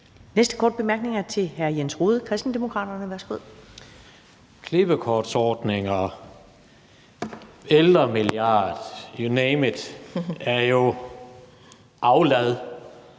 næste korte bemærkning er til hr. Jens Rohde, Kristendemokraterne. Værsgo. Kl. 19:36 Jens Rohde (KD): Klippekortsordninger, ældremilliard – you name it – er jo aflad